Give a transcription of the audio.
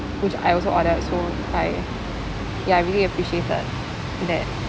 which I also ordered so like ya I really appreciated that